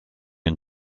and